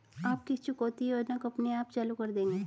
आप किस चुकौती योजना को अपने आप चालू कर देंगे?